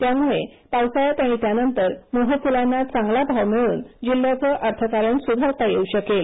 त्यामुळे पावसाळ्यात आणि त्यानंतर मोहफुलांना चांगला भाव मिळून जिल्ह्याचं अर्थकारण सुधारता येऊ शकेल